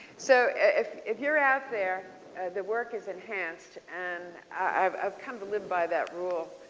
so if if you're out there the work is enhanceed and i've i've come to live by that rule.